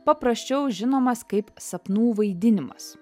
paprasčiau žinomas kaip sapnų vaidinimas